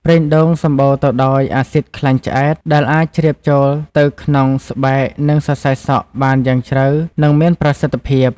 ប្រេងដូងសម្បូរទៅដោយអាស៊ីតខ្លាញ់ឆ្អែត ដែលអាចជ្រាបចូលទៅក្នុងស្បែក និងសរសៃសក់បានយ៉ាងជ្រៅ និងមានប្រសិទ្ធភាព។